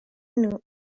new